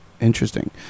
Interesting